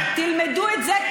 סליחה, מה זה מדינה יהודית?